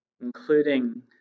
including